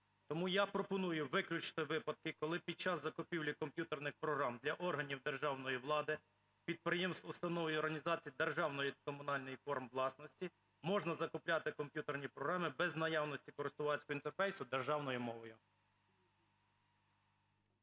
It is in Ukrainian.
Тому я пропоную виключити випадки, коли під час закупівлі комп'ютерних програм для органів державної влади, підприємств, установ і організацій державної та комунальної форм власності можна закупляти комп'ютерні програми без наявності користувацького інтерфейсу державною мовою.